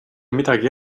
midagi